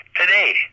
today